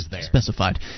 specified